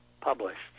published